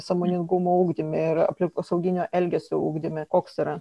sąmoningumo ugdyme ir aplinkosauginio elgesio ugdyme koks yra